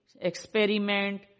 experiment